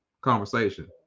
conversation